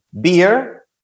Beer